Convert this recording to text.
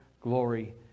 glory